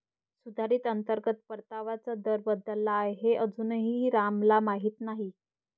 सुधारित अंतर्गत परताव्याचा दर बदलला आहे हे अजूनही रामला माहीत नाही